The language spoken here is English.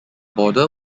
border